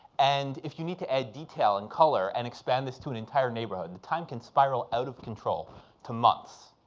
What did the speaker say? and if you need to add detail and color and expand this to an entire neighborhood, the time can spiral out of control to months.